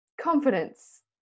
confidence